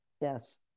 Yes